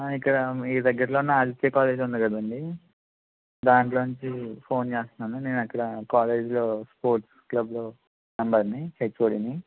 ఇక్కడ ఈ దగ్గరలోనే ఆదిత్య కాలేజీ ఉంది కదండి దాంట్లో నుంచి ఫోన్ చేస్తున్నాను నేను అక్కడ కాలేజీలో స్పోర్ట్స్ క్లబ్లో మెంబెర్ని హెచ్ఓడిని